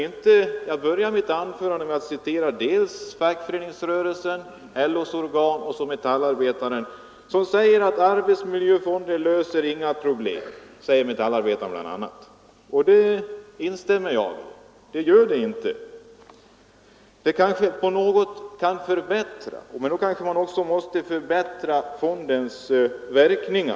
Jag började mitt anförande med att citera dels LO:s organ Fackföreningsrörelsen, dels Metallarbetaren. I Metallarbetaren sägs bl.a. att arbetsmiljöfonden inte löser några problem. Jag instämmer i detta. Den kanske kan något förbättra förhållandena, men för detta fordras kanske också att fondens funktion ändras.